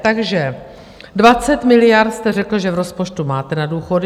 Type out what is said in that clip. Takže 20 miliard jste řekl, že v rozpočtu máte na důchody.